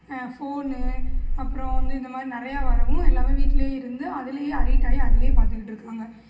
phone அப்புறம் வந்து இந்தமாதிரி நிறையா வரவும் எல்லாம் வீட்டுலேயே இருந்து அதுலேயே அடிக்டாகி அதுலேயே பாத்துகிட்ருக்காங்க